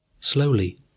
Slowly